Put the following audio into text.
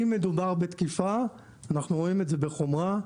אם מדובר בתקיפה אנחנו רואים את זה בחומרה.